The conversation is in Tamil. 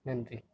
நன்றி